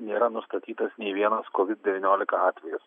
nėra nustatytas nė vienas covid devyniolika atvejis